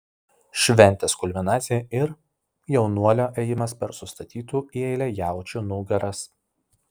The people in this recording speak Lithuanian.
šventės kulminacija ir jaunuolio ėjimas per sustatytų į eilę jaučių nugaras